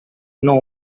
know